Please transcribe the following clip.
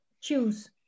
choose